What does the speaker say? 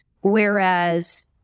Whereas